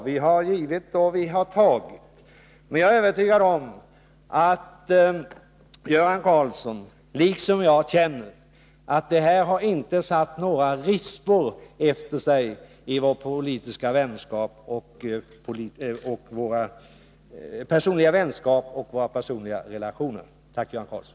Vi har givit och tagit, men jag är övertygad om att Göran Karlsson liksom jag känner att detta inte har lämnat några rispor efter sig i vår personliga vänskap och våra personliga relationer. Tack, Göran Karlsson!